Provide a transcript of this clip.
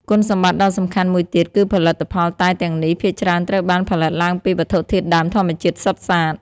គុណសម្បត្តិដ៏សំខាន់មួយទៀតគឺផលិតផលតែទាំងនេះភាគច្រើនត្រូវបានផលិតឡើងពី វត្ថុធាតុដើមធម្មជាតិសុទ្ធសាធ ។